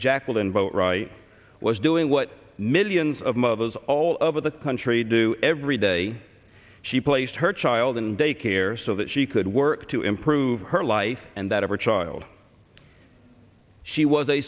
jacqueline boatwright was doing what millions of mothers all over the country do every day she placed her child in daycare so that she could work to improve her life and that of her child she was a